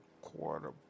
quarter